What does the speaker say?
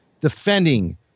Defending